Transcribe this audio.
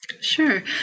Sure